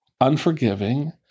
unforgiving